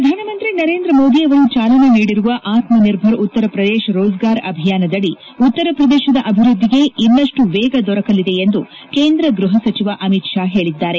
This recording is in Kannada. ಪ್ರಧಾನ ಮಂತ್ರಿ ನರೇಂದ್ರ ಮೋದಿ ಅವರು ಚಾಲನೆ ನೀಡಿರುವ ಆತ್ಮ ನಿರ್ಭರ್ ಉತ್ತರ ಪ್ರದೇಶ ರೋಜ್ಗಾರ್ ಅಭಿಯಾನದಡಿ ಉತ್ತರ ಪ್ರದೇಶದ ಅಭಿವೃದ್ಧಿಗೆ ಇನ್ನಷ್ಟು ವೇಗ ದೊರಕಲಿದೆ ಎಂದು ಕೇಂದ್ರ ಗೃಹ ಸಚಿವ ಅಮಿತ್ ಶಾ ಹೇಳಿದ್ದಾರೆ